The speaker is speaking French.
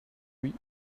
oui